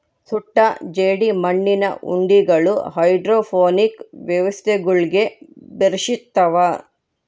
ಸುಟ್ಟ ಜೇಡಿಮಣ್ಣಿನ ಉಂಡಿಗಳು ಹೈಡ್ರೋಪೋನಿಕ್ ವ್ಯವಸ್ಥೆಗುಳ್ಗೆ ಬೆಶಿರ್ತವ